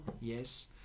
yes